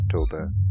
October